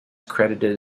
credited